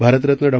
Bharat Ratna Dr